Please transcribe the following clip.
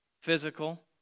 physical